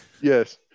Yes